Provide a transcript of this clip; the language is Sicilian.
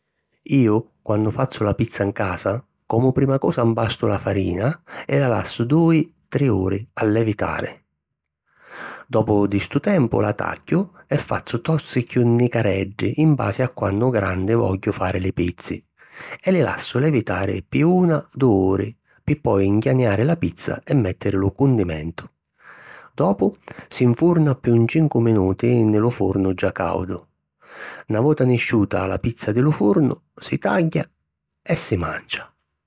Iu quannu fazzu la pizza 'n casa, comu prima cosa mpastu la farina e la lassu dui - tri uri a levitari. Dopu di stu tempu la tagghiu e fazzu tozzi chiù nicareddi in basi a quantu granni vogghiu fari li pizzi, e li lassu levitari pi una - dui uri pi poi nchianiari la pizza e mèttiri lu cundimentu. Dopu si nfurna pi un cincu minuti nni lu furnu già càudu. Na vota nisciuta la pizza di lu furnu, si tagghia e si mancia.